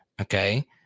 okay